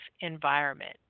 environment